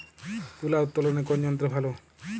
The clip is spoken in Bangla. তুলা উত্তোলনে কোন যন্ত্র ভালো?